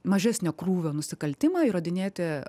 mažesnio krūvio nusikaltimą įrodinėti